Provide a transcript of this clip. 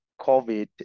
COVID